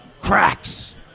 cracks